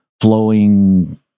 flowing